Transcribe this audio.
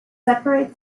separate